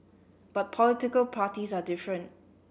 but political parties are different